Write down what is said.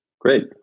Great